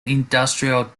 industrial